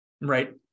Right